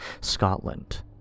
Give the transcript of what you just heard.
Scotland